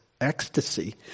ecstasy